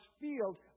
field